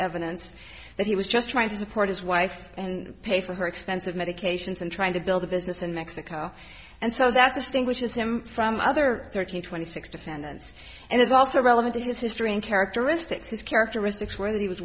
evidence that he was just trying to support his wife and pay for her expensive medications and trying to build a business in mexico and so that distinguishes him from other thirteen twenty six defendants and it's also relevant to his history and characteristics his characteristics whe